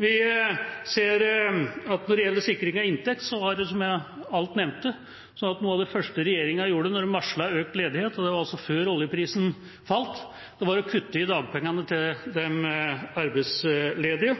Vi ser at når det gjelder sikring av inntekt, var, som jeg allerede har nevnt, noe av det første regjeringa gjorde da den varslet økt ledighet – og det var altså før oljeprisen falt – å kutte i dagpengene til de arbeidsledige.